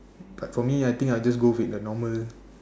but for me I think I will just go with the normal